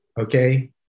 okay